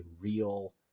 real